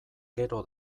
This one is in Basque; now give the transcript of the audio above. gero